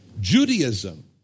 Judaism